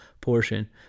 portion